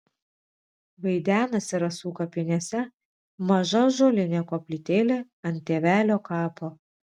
vaidenasi rasų kapinėse maža ąžuolinė koplytėlė ant tėvelio kapo